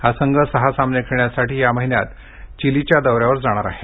हा संघ सहा सामने खेळण्यासाठी या महिन्यात चिलीच्या दौऱ्यावर जाणार आहे